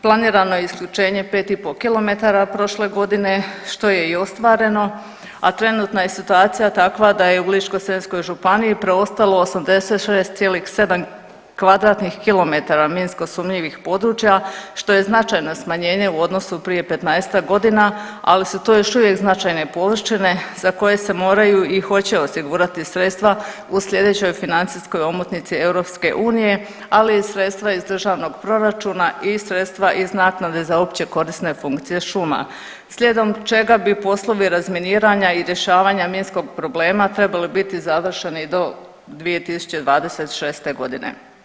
Planirano je isključenje 5 i pol kilometara prošle godine što je i ostvareno, a trenutna je situacija takva da je Ličko-senjskoj županiji preostalo 86,7 kvadratnih kilometara minsko sumnjivih područja što je značajno smanjenje u odnosu prije petnaestak godina ali su to još uvijek značajne površine za koje se moraju i hoće osigurati sredstva u sljedećoj financijskoj omotnici EU, ali i sredstva iz državnog proračuna i sredstva iz naknade za opće korisne funkcije šuma slijedom čega bi poslovi razminiranja i rješavanja minskog problema trebali biti završeni do 2026. godine.